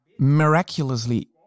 Miraculously